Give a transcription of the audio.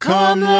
Come